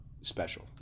special